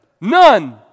None